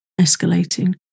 escalating